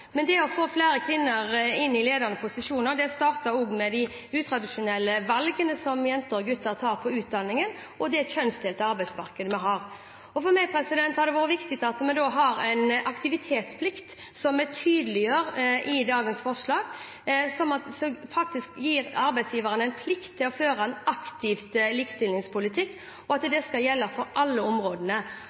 Men det å få flere kvinner inn i ledende posisjoner starter med de utradisjonelle valgene som jenter og gutter tar på utdanning, og med det kjønnsdelte arbeidsmarkedet vi har. For meg har det vært viktig at vi har en aktivitetsplikt, som vi tydeliggjør i dagens forslag, og som gir arbeidsgiverne plikt til å føre en aktiv likestillingspolitikk, og at det skal gjelde for alle områdene.